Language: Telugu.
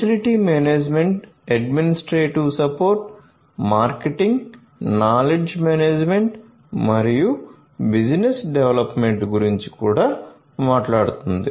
facility management administrative support marketing knowledge management మరియు బిజినెస్ డెవలప్మెంట్ గురించి కూడా మాట్లాడుతుంది